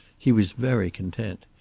he was very content.